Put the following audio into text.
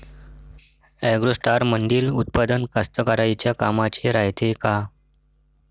ॲग्रोस्टारमंदील उत्पादन कास्तकाराइच्या कामाचे रायते का?